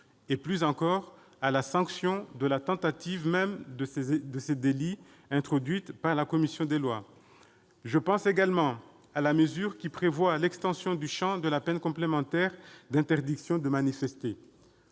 et, plus encore, à la sanction de la tentative même de ces délits, introduite par la commission des lois. Je pense également à l'extension du champ de la peine complémentaire d'interdiction de manifester.